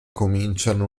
cominciano